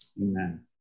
Amen